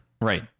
Right